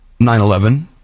9-11